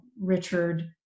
Richard